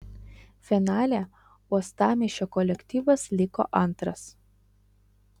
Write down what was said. finale uostamiesčio kolektyvas liko antras